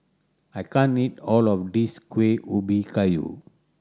I can't eat all of this Kueh Ubi Kayu